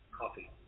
Coffee